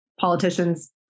politicians